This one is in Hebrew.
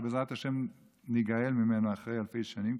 שבעזרת השם ניגאל ממנו אחרי אלפי שנים,